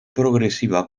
progresiva